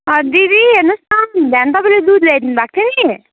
दिदी हेर्नुहोस् न बिहान तपाईँले दुध ल्याइदिनुभएको थियो नि